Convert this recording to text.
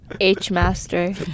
H-master